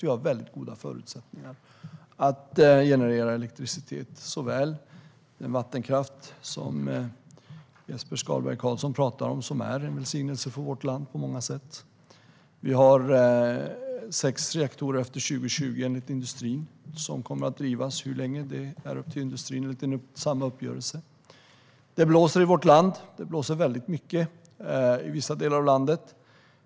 Vi har ju mycket goda förutsättningar att generera elektricitet tack vare den vattenkraft som Jesper Skalberg Karlsson talar om och som på många sätt är en välsignelse för vårt land. När det gäller kärnkraften har vi enligt industrin sex reaktorer efter 2020. Hur länge dessa kommer att drivas är, enligt samma uppgörelse, upp till industrin. Det blåser mycket i vissa delar av vårt land.